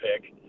pick